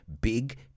big